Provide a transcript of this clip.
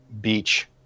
beach